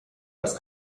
als